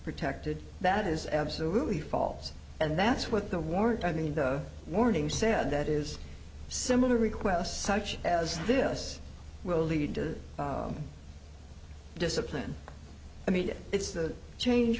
protected that is absolutely false and that's what the warrant i mean the warning said that is similar requests such as this will lead to discipline i mean it's the change